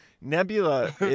Nebula